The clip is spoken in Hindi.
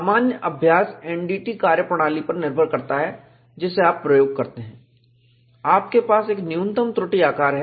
सामान्य अभ्यास NDT कार्यप्रणाली पर निर्भर करता है जिसे आप प्रयोग करते हैं आपके पास एक न्यूनतम त्रुटि आकार है